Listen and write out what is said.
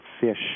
fish